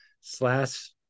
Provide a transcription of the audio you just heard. slash